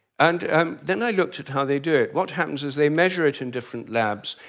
and um then i looked at how they do it, what happens is they measure it in different labs,